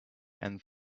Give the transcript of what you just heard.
and